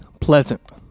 Pleasant